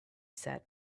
said